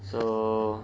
so